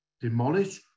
demolish